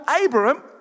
Abraham